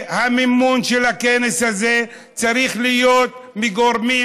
שהמימון של הכנס הזה צריך להיות מגורמים